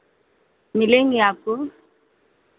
मिलेंगे आपको